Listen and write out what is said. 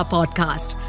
Podcast